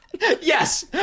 Yes